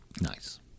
Nice